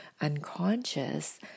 unconscious